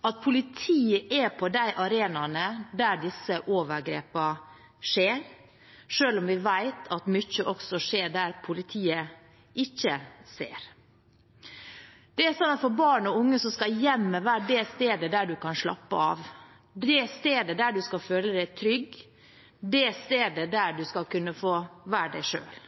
at politiet er på de arenaene der disse overgrepene skjer, selv om vi vet at mye også skjer der politiet ikke ser. For barn og unge skal hjemmet være det stedet der de kan slappe av, det stedet der de skal føle seg trygge, det stedet der de skal kunne få være seg selv.